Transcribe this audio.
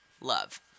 Love